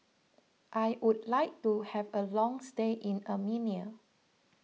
I would like to have a long stay in Armenia